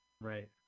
Right